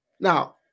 Now